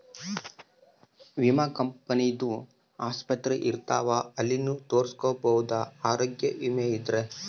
ವಿಮೆ ಕಂಪನಿ ದು ಆಸ್ಪತ್ರೆ ಇರ್ತಾವ ಅಲ್ಲಿನು ತೊರಸ್ಕೊಬೋದು ಆರೋಗ್ಯ ವಿಮೆ ಇದ್ರ